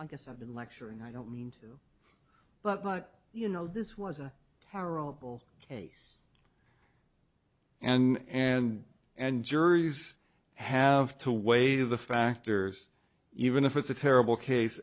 i guess i didn't lecture and i don't mean to but but you know this was a terrible case and and and juries have to weigh the factors even if it's a terrible case